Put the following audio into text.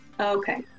okay